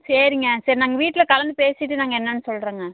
சரிங்க சரி நாங்கள் வீட்டில் கலந்து பேசிவிட்டு நாங்கள் என்னான்னு சொல்லுறோங்க